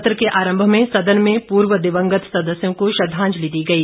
सत्र के आरंभ में सदन में पूर्व दिवंगत सदस्यों को श्रद्वांजलि दी गई